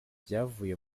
byavuye